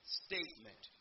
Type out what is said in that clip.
statement